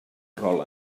rol